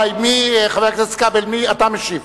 חבר הכנסת כבל, אתה משיב?